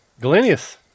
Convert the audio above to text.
Galenius